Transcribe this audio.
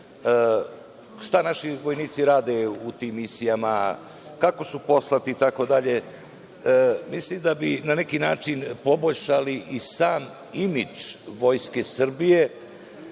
šta naši vojnici rade u tim misijama, kako su poslati itd. mislim da bi na neki način poboljšali i sam imidž Vojske Srbije